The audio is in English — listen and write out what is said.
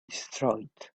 destroyed